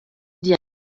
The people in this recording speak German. die